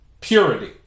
Purity